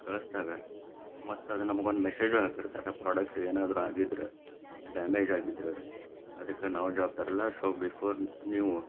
ಕಳ್ಸ್ದಾಗ ಮತ್ತದು ನಮಗೊಂದು ಮೆಸೇಜು ಹಾಕಿರ್ತಾರೆ ಆ ಪ್ರಾಡಕ್ಟ್ ಏನಾದರೂ ಆಗಿದ್ರೆ ಡ್ಯಾಮೇಜ್ ಆಗಿದ್ರೆ ಅದಕ್ಕೆ ನಾವು ಜವಾಬ್ದಾರರಲ್ಲ ಸೋ ಬಿಫೋರ್ ನೀವು